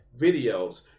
videos